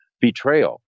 betrayal